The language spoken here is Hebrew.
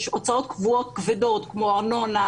יש הוצאות קבועות כבדות כמו ארנונה,